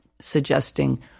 suggesting